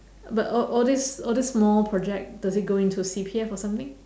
but all all these all these small project does it go into C_P_F or something